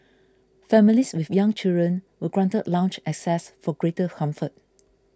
families with young children were granted lounge access for greater comfort